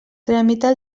tramitar